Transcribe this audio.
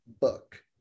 book